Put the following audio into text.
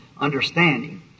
understanding